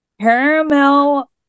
caramel